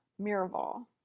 Miraval